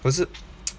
可是